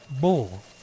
bull